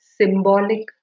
symbolic